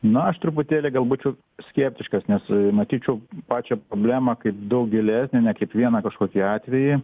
na aš truputėlį gal būčiau skeptiškas nes matyčiau pačią problemą kaip daug gilesnę ne kaip vieną kažkokį atvejį